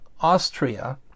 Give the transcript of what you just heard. Austria